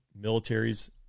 militaries